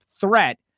threat